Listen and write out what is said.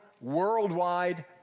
worldwide